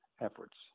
efforts